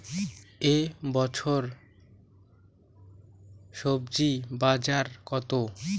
এ বছর স্বজি বাজার কত?